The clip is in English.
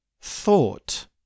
thought